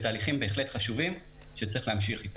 תהליכים בהחלט חשובים שצריך להמשיך איתם.